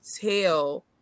tell